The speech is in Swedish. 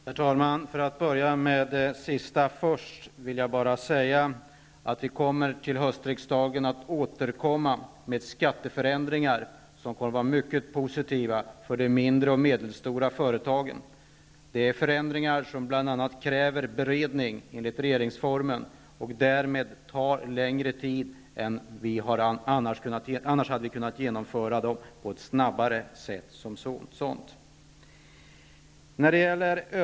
Herr talman! För att börja med det sista vill jag säga att vi återkommer till höstriksdagen med skatteförändringar som kommer att vara mycket positiva för de mindre företagen. Det är förändringar som kräver beredning enligt regeringsformen, och det gör att de tar längre tid att genomföra än de annars hade gjort.